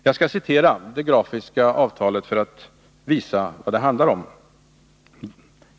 Jag skall citera ur det grafiska avtalet för att visa vad det handlar om.